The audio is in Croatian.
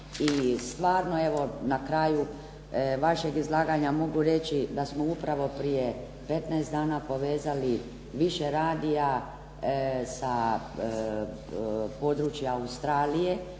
i stvarno evo na kraju vašeg izlaganja mogu reći da smo upravo prije 15 dana povezali više radija sa područja Australije